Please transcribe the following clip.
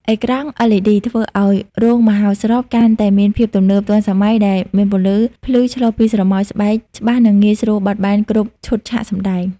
អេក្រង់ LED ធ្វើឲ្យរោងមហោស្របកាន់តែមានភាពទំនើបទាន់សម័យដែលមានពន្លឺភ្លឺឆ្លុះពីស្រមោលស្បែកច្បាស់និងងាយស្រួលបត់បែនគ្រប់ឈុតឆាកសម្តែង។